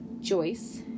Joyce